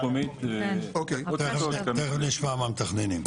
תיכף נשמע מהמתכננים.